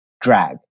drag